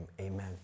amen